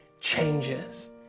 changes